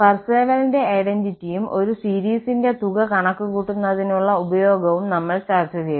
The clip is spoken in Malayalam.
പാർസെവലിന്റെ ഐഡന്റിറ്റിയും ഒരു സീരിസിന്റെ തുക കണക്കുകൂട്ടുന്നതിനുള്ള ഉപയോഗവും നമ്മൾ ചർച്ച ചെയ്തു